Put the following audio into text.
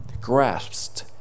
grasped